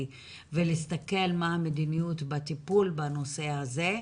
ולהסתכל מה המדיניות בטיפול בנושא הזה,